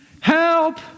Help